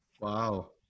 Wow